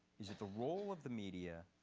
is it the role of the media